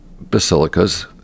basilicas